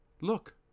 Look